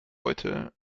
heute